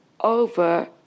over